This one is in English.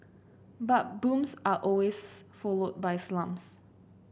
but booms are always followed by slumps